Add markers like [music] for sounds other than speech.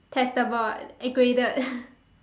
testable and graded [laughs]